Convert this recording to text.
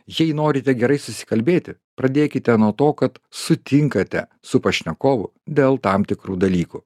jei norite gerai susikalbėti pradėkite nuo to kad sutinkate su pašnekovu dėl tam tikrų dalykų